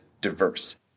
diverse